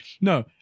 No